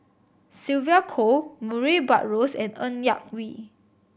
Sylvia Kho Murray Buttrose and Ng Yak Whee